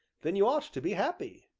then you ought to be happy.